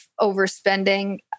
overspending